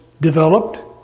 developed